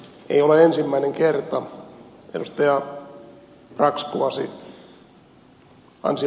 ei ole ensimmäinen kerta